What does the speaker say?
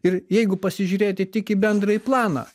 ir jeigu pasižiūrėti tik į bendrąjį planą